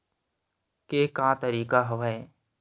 के का तरीका हवय?